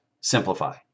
simplify